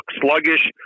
sluggish